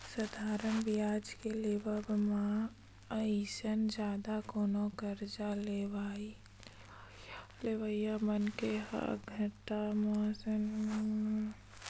साधारन बियाज के लेवब म अइसे जादा कोनो करजा लेवइया मनखे ल घाटा नइ होवय, घाटा चक्रबृद्धि बियाज के लेवब म ही होथे